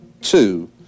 Two